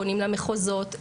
פונים למחוזות,